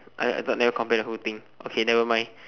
oh I thought never compare the whole thing okay nevermind